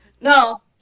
no